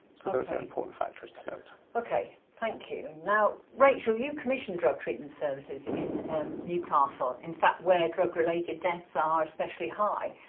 so those are important factors to note. okay thank you. now rachael, you commission drug treatment services in newcastle in fact where drug-related deaths ah are especially high,